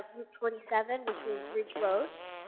twenty seven, which was ridge road,